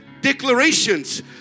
declarations